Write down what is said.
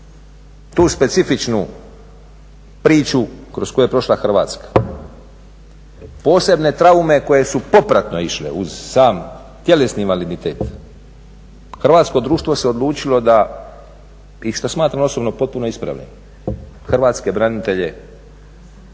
tu specifičnu priču kroz koju je prošla Hrvatska, posebne traume koje su popratno išle uz sam tjelesni invaliditet hrvatsko društvo se odlučilo da i što smatram osobno potpuno ispravnim, hrvatske branitelje